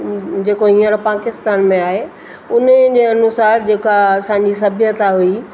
जेको हींअर पाकिस्तान में आहे उन्हनि जे अनुसारु जेका असांजी सभ्यता हुई